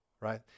Right